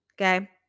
Okay